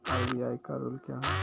RBI का rule क्या हैं?